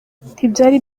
ntibyari